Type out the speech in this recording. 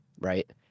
right